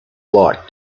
like